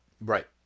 Right